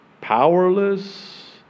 powerless